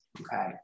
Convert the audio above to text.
okay